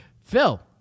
Phil